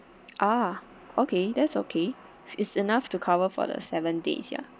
ah okay that's okay it's enough to cover for the seven days ya